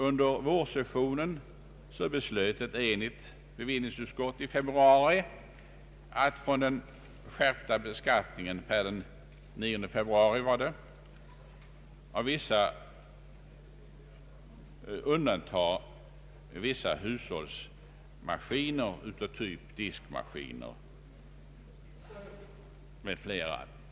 Under vårsessionen beslöt ett enigt bevillningsutskott att från den skärpta beskattningen per den 9 februari undanta vissa hushållsmaskiner av typ diskmaskiner m.fl.